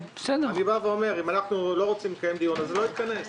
אם לא רוצים לקיים דיון אז זה לא יתכנס.